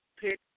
pick